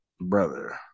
brother